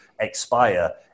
expire